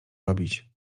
robić